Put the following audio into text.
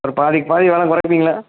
அப்புறம் பாதிக்கு பாதி விலை குறைப்பிங்களா